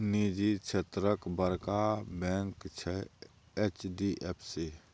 निजी क्षेत्रक बड़का बैंक छै एच.डी.एफ.सी